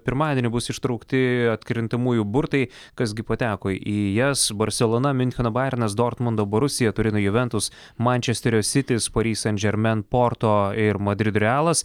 pirmadienį bus ištraukti atkrintamųjų burtai kas gi pateko į jas barselona miuncheno bajernas dortmundo borusija turino juventus mančesterio sitis pari sen žermen porto ir madrido realas